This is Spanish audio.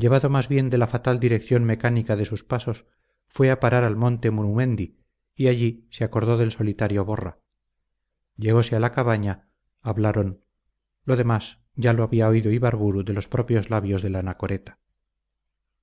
llevado más bien de la fatal dirección mecánica de sus pasos fue a parar al monte murumendi y allí se acordó del solitario borra llegose a la cabaña hablaron lo demás ya lo había oído ibarburu de los propios labios del